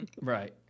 Right